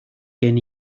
gen